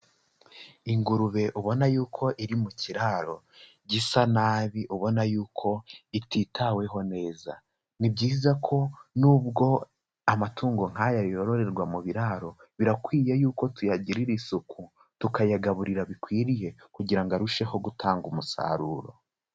Ingurube ubona yuko iri mu kiraro gisa nabi, ubona yuko ititaweho neza. Ni byiza ko nubwo amatungo nk'aya yororerwa mu biraro, birakwiye yuko tuyagirira isuku, tukayagaburira bikwiriye kugira ngo arusheho gutanga umusaruro.